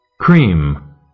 Cream